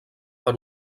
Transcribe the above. per